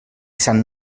sant